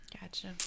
Gotcha